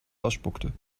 ausspuckte